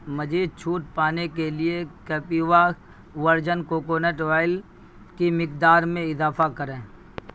مزید چھوٹ پانے کے لیے کپیوا ورجن کوکونٹ وائل کی مقدار میں اضافہ کریں